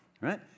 right